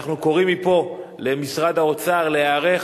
אנחנו קוראים מפה למשרד האוצר להיערך,